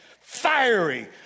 fiery